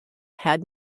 had